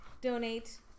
Donate